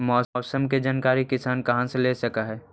मौसम के जानकारी किसान कहा से ले सकै है?